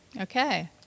Okay